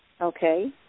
Okay